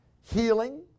Healing